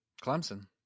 Clemson